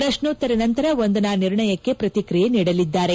ಪ್ರಶ್ನೋತ್ತರ ನಂತರ ವಂದನಾ ನಿರ್ಣಯಕ್ಕೆ ಪ್ರತಿಕ್ರಿಯೆ ನೀಡಲಿದ್ದಾರೆ